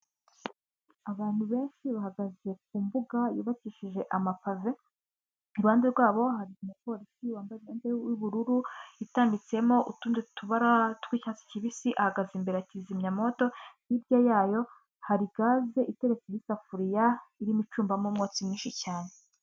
Abantu benshi bahagaze ku mbuga yubakishije amapave, iruhande rwabo hari umupolisi wambaye umwenda w'ubururu itambitsemo utundi tubara tw'icyatsi kibisi, ahagaze imbere ya kizimyamwoto, hirya yayo hari gaze iteretseho isafuriya irimo icumbamo umwotsi mwinshi cyane.